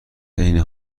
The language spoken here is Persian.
عین